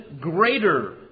greater